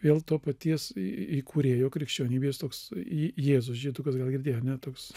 vėl to paties įkūrėjo krikščionybės toks jėzus žydukas gal girdėjot ne toks